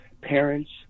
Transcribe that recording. parents